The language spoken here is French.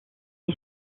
est